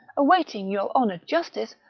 awaiting your honoured justice,